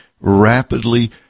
rapidly